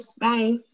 Bye